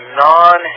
non